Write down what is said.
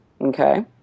okay